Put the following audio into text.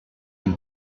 and